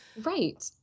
Right